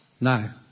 No